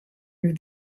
with